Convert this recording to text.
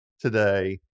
today